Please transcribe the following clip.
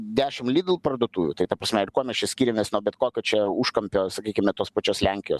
dešim lidl parduotuvių tai ta prasme ir kuo mes čia skiriamės nuo bet kokio čia užkampio sakykime tos pačios lenkijos